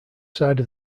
side